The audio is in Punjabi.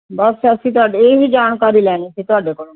ਬਸ ਅਸੀਂ ਤੁਹਾਡੇ ਇਹ ਹੀ ਜਾਣਕਾਰੀ ਲੈਣੀ ਸੀ ਤੁਹਾਡੇ ਕੋਲੋਂ